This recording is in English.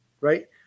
right